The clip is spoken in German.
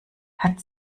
hat